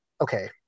okay